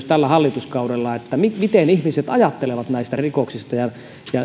tällä hallituskaudella selvitettiin myös tätä mitä ihmiset ajattelevat rikoksista ja